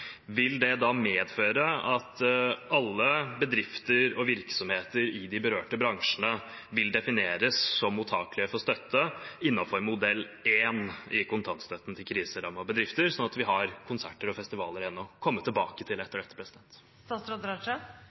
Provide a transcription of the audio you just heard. vil det da medføre at alle bedrifter og virksomheter i de berørte bransjene vil defineres som mottakelige for støtte innenfor modell 1 i kontantstøtten til kriserammede bedrifter, sånn at vi har konserter og festivaler igjen å komme tilbake til etter